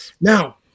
Now